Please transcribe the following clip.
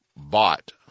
bought